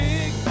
Big